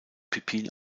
pippin